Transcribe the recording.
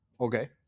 Okay